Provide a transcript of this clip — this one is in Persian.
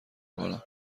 کنم